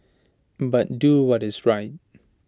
but do what is right